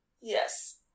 Yes